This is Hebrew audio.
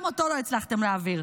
גם אותו לא הצלחתם להעביר.